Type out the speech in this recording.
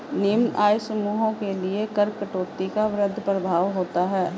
निम्न आय समूहों के लिए कर कटौती का वृहद प्रभाव होता है